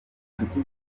nshuti